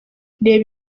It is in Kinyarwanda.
reba